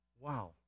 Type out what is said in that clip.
Wow